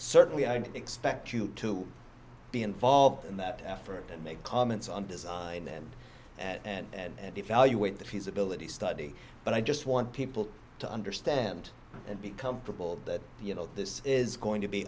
certainly i don't expect you to be involved in that effort and make comments on design them and evaluate the feasibility study but i just want people to understand and be comfortable that you know this is going to be